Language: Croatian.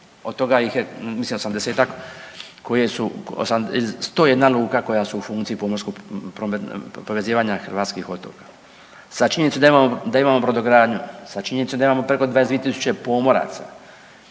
od toga ih je mislim 80-tak koje su, 101 luka koja su u funkciji pomorskog povezivanja hrvatskih otoka. Sa činjenicom da imamo brodogradnju, sa činjenicom da imamo preko 22.000 pomoraca,